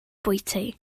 bwyty